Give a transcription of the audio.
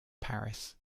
paris